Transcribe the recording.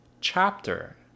chapter